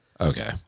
Okay